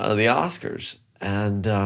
ah the oscars. and